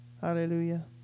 Hallelujah